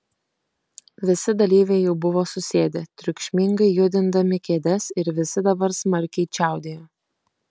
visi dalyviai jau buvo susėdę triukšmingai judindami kėdes ir visi dabar smarkiai čiaudėjo